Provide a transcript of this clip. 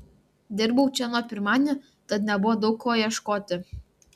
dirbau čia nuo pirmadienio tad nebuvo daug ko ieškoti